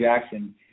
Jackson